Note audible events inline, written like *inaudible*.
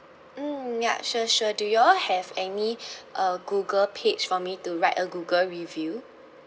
mm ya sure sure do you all have any *breath* uh google page for me to write a google review